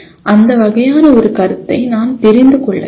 அந்த வகையான ஒரு கருத்தை நான் தெரிந்து கொள்ள வேண்டும்